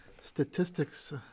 statistics